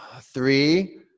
Three